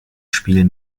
spiel